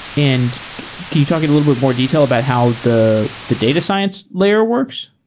and can you talk at a little bit more detail about how the the data science layer works?